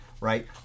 right